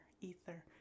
ether